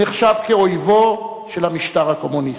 נחשב לאויבו של המשטר הקומוניסטי.